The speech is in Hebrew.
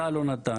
צה"ל לא נתן.